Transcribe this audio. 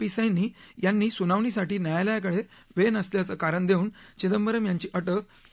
P Saini यांनी सुनावणीसाठी न्यायालयाकडे वेळ नसल्याच कारण देऊन चिदंबरम् यांची अटक पुढे ढकलली आहे